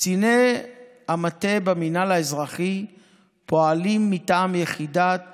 קציני המטה במינהל האזרחי פועלים מטעם יחידת